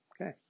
okay